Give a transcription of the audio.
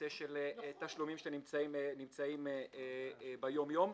נושא של תשלומים שנמצאים ביום יום.